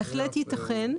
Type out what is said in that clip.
בהחלט יתכן.